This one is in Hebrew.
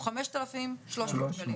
תקנו אותי הוא 5,300 שקלים.